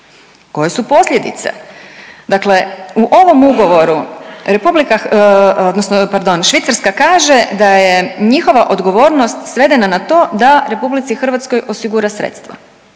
Koje su posljedice? Dakle, u ovom ugovoru odnosno pardon Švicarska kaže da je njihova odgovornost svedena na to da Republici Hrvatskoj osigura sredstva,